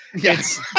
Yes